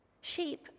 Sheep